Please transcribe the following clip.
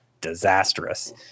disastrous